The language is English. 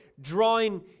drawing